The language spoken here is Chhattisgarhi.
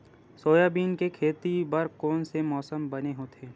सोयाबीन के खेती बर कोन से मौसम बने होथे?